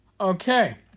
Okay